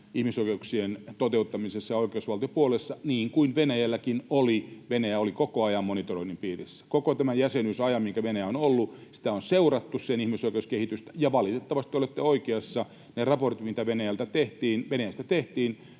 ihmisoikeuksien toteuttamisessa ja oikeusvaltiopuolessa, niin kuin Venäjälläkin oli. Venäjä oli koko ajan monitoroinnin piirissä. Koko tämän jäsenyysajan, minkä Venäjä on ollut, sitä on seurattu, sen ihmisoikeuskehitystä, ja valitettavasti te olette oikeassa: niissä raporteissa, mitä Venäjästä tehtiin,